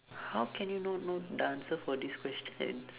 how can you not know the answer for these questions